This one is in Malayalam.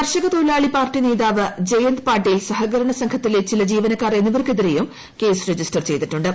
കർഷകത്തൊഴിലാളി പാർട്ടി നേതാവ് ജയന്ത് പ്രാട്ടീൽ സഹകരണ സംഘത്തിലെ ചില ജീവനക്കാർ എന്നിവർക്കുതിരെയും കേസ് രജിസ്റ്റർ ചെയ്തിട്ടുണ്ട്